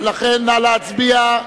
נא להצביע.